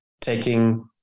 taking